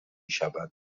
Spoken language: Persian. شود